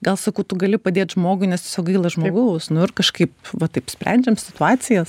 gal sakau tu gali padėt žmogui nes tiesiog gaila žmogaus nu kažkaip va taip sprendžiam situacijas